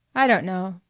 i don't know.